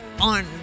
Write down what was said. on